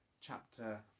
chapter